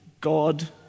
God